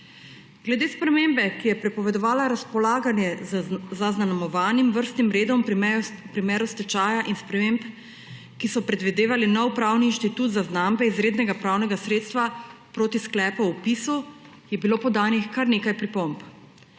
Glede spremembe, ki je prepovedovala razpolaganje z zaznamovanim vrstnim redom v primeru stečaja in sprememb, ki so predvidevale nov pravni institut zaznambe izrednega pravnega sredstva proti sklepu o vpisu, je bilo podanih kar nekaj pripomb.